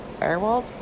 Airwald